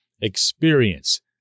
experience